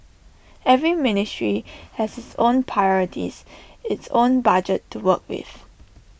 every ministry has its own priorities its own budget to work with